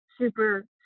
super